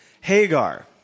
Hagar